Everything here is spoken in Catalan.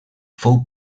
fou